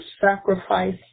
sacrifice